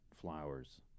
Flowers